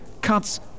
cuts